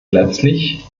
letztlich